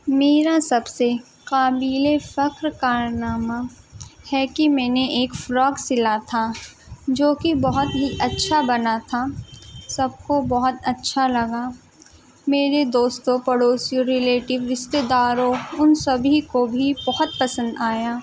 میرا سب سے قابلِ فخر کارنامہ ہے کہ میں نے ایک فراک سلا تھا جو کہ بہت ہی اچّھا بنا تھا سب کو بہت اچّھا لگا میرے دوستوں پڑوسیوں ریلیٹیو رشتہ دارو ان سبھی کو بھی بہت پسند آیا